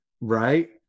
right